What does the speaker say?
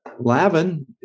Lavin